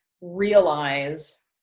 realize